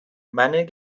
meinen